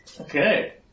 Okay